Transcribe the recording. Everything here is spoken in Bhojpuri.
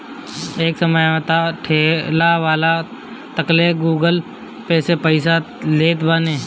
एक समय तअ सब ठेलावाला तकले गूगल पे से पईसा लेत बाने